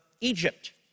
Egypt